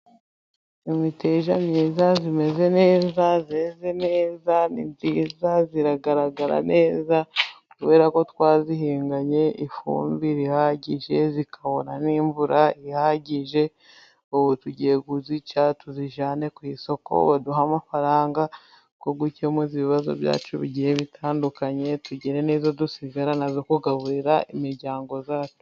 Imiteja myiza imeze neza, yeze neza iragaragara neza, kubera ko twayihinganye ifumbire ihagije ikabona n'imvura ihagije. Ubu tugiye kuyica tuyijyane ku isoko, baduhe amafaranga yo gukemura ibibazo byacu bigiye bitandukanye tugire n'iyo dusigarana yo kugaburira imiryango yacu.